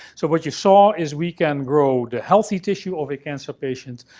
so what you saw is we can grow the healthy tissue of a cancer patient,